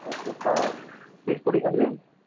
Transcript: दस लोग की तीस पूरी कर लें